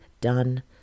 done